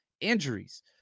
Injuries